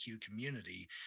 community